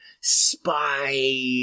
spy